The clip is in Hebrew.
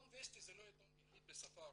עיתון וסטי הוא לא העיתון היחיד בשפה הרוסית,